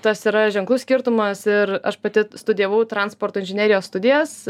tas yra ženklus skirtumas ir aš pati studijavau transporto inžinerijos studijas